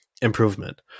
Improvement